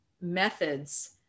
methods